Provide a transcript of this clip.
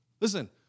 Listen